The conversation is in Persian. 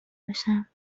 باشم